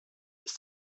ist